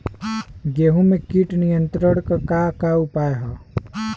गेहूँ में कीट नियंत्रण क का का उपाय ह?